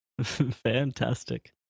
fantastic